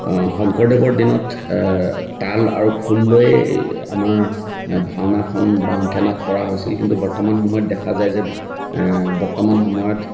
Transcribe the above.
শংকৰদেৱৰ দিনত তাল আৰু খোলেই আমাৰ ভাওনাখন বা অংকীয়া নাট কৰা হৈছিল কিন্তু বৰ্তমান সময়ত দেখা যায় যে বৰ্তমান সময়ত